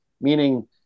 meaning